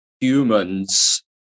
humans